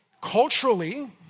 culturally